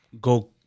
go